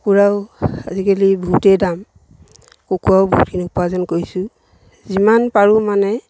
কুকুৰাও আজিকালি বহুতেই দাম কুকুৰাও বহুতখিনি উপাৰ্জন কৰিছোঁ যিমান পাৰোঁ মানে